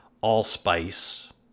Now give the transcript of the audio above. allspice